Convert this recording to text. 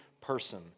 person